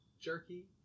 jerky